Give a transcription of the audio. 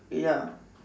ya